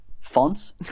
fonts